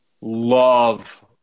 love